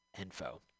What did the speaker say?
info